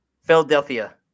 Philadelphia